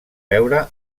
veure